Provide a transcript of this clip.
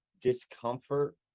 discomfort